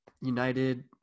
United